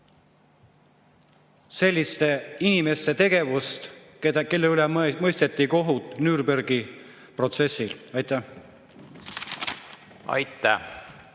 tuntud inimeste tegevust, kelle üle mõisteti kohut Nürnbergi protsessil. Aitäh! Aitäh!